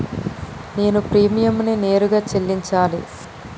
నేను ప్రీమియంని నేరుగా చెల్లించాలా?